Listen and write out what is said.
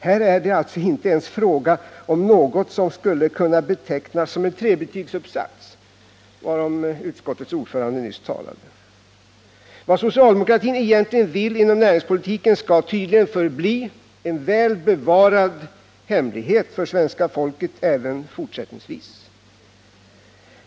Här är det alltså inte ens fråga om något som skulle kunna betecknas som en trebetygsuppsats, varom utskottets ordförande nyss talade. Vad socialdemokratin egentligen vill inom näringspolitiken skall tydligen även fortsättningsvis förbli en väl bevarad hemlighet för svenska folket.